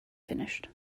finished